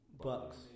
Bucks